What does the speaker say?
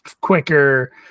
quicker